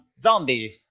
Zombie